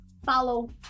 Follow